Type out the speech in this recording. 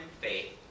faith